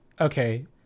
okay